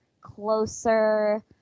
Closer